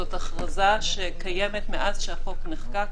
זאת הכרזה שקיימת מאז שהחוק נחקק,